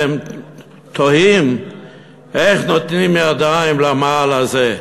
והם תוהים איך נותנים ידיים למעל הזה.